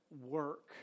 work